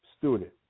student